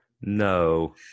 No